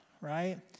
right